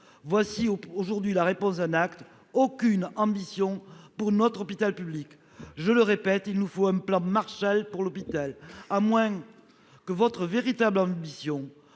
Voici aujourd'hui la réponse en acte : aucune ambition pour notre hôpital. Je le répète, il nous faut un plan Marshall pour l'hôpital, à moins que votre véritable volonté